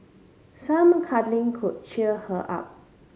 some cuddling could cheer her up